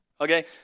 Okay